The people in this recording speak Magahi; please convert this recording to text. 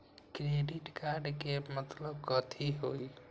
क्रेडिट कार्ड के मतलब कथी होई?